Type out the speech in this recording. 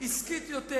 עסקית יותר.